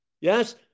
Yes